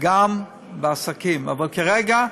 גם בהחזקה בעסקים, אבל כרגע,